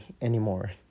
anymore